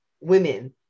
women